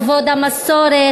כבוד המסורת,